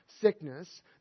sickness